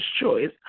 choice